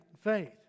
faith